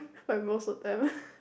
most of the time